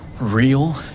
real